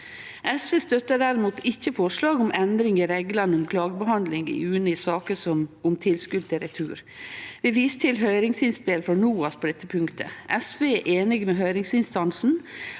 SV støttar derimot ikkje forslaget om endring i reglane om klagebehandling i UNE i saker om tilskot til retur. Vi viser til høyringsinnspel frå NOAS på dette punktet. SV er einig med høyringsinstansen